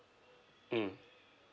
mm